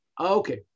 Okay